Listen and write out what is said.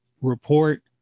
report